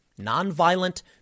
Nonviolent